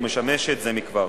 ומשמשת זה מכבר.